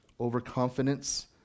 overconfidence